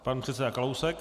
Pan předseda Kalousek.